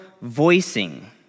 voicing